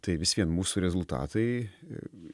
tai vis vien mūsų rezultatai